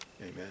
amen